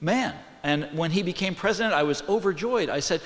man and when he became president i was overjoyed i said